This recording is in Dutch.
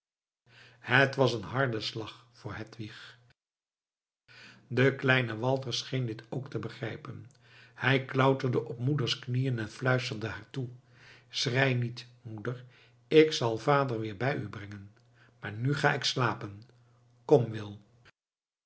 het was een harde slag voor hedwig de kleine walter scheen dit ook te begrijpen hij klauterde op moeders knieën en fluisterde haar toe schrei niet moeder ik zal vader weer bij u brengen maar nu ga ik slapen kom wil